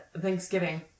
Thanksgiving